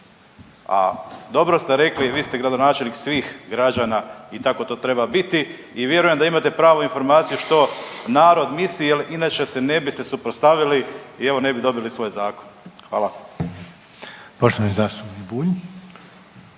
dobro ste rekli vi ste gradonačelnik svih građana i tako to treba biti i vjerujem da imate pravu informaciju što narod misli jer inače se ne biste suprotstavili i evo ne bi dobili svoj zakon. Hvala.